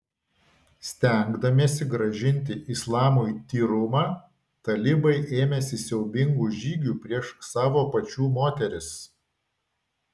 stengdamiesi grąžinti islamui tyrumą talibai ėmėsi siaubingų žygių prieš savo pačių moteris